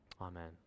Amen